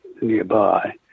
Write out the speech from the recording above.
nearby